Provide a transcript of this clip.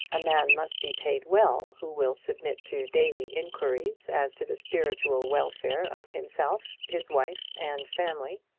a man must be paid well who will submit to daily inquiries as to the spiritual welfare of himself, his wife, and family.